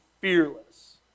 fearless